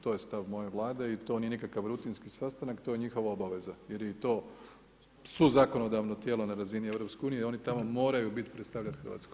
To je stav moje Vlade i to nije nikakav rutinski sastanak, to je njihova obaveza jer je i to, suzakonodavno tijelo na razini EU i oni tamo moraju biti, predstavljati Hrvatsku.